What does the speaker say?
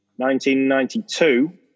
1992